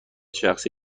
شخصی